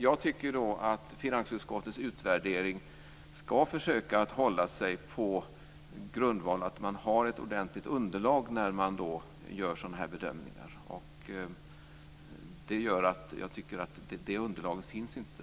Jag tycker att finansutskottets värdering ska försöka hålla sig till grundvalen, alltså att det finns ett ordentligt underlag när sådana här bedömningar görs. Det gör att jag tycker att ett sådant underlag inte finns.